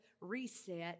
reset